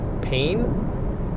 pain